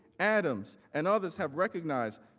adams and others have recognized,